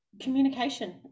communication